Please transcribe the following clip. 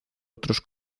otros